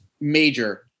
major